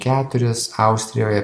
keturis austrijoje